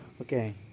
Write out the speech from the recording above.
okay